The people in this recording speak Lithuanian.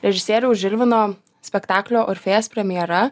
režisieriaus žilvino spektaklio orfėjas premjera